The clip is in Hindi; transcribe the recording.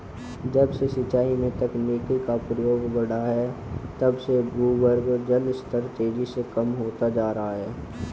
जब से सिंचाई में तकनीकी का प्रयोग बड़ा है तब से भूगर्भ जल स्तर तेजी से कम होता जा रहा है